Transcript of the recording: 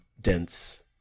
dense